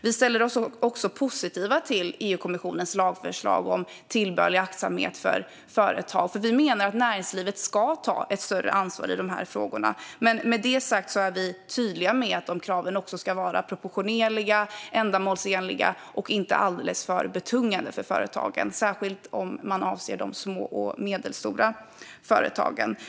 Vidare ställer vi oss positiva till EU-kommissionens lagförslag om tillbörlig aktsamhet för företag. Vi menar att näringslivet ska ta ett större ansvar i frågorna. Men med det sagt är vi tydliga med att kraven också ska vara proportionerliga, ändamålsenliga och inte alldeles för betungande för företagen, särskilt om man avser de små och medelstora företagen.